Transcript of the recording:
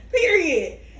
Period